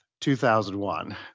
2001